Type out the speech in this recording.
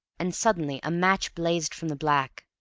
and suddenly a match blazed from the black.